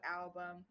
album